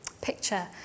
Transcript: picture